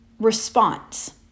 response